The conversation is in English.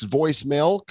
voicemail